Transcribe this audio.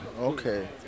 Okay